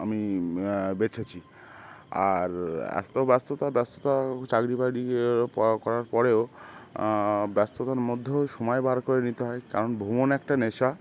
আমি বেছেছি আর এতো ব্যস্ততা ব্যস্ততা চাকরি বাকরি করার পরেও ব্যস্ততার মধ্যেও সময় বার করে নিতে হয় কারণ ভ্রমণ একটা নেশা